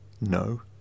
No